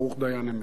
ברוך דיין האמת.